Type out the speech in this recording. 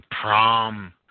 prom